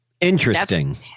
Interesting